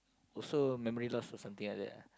also memory loss or something like that ah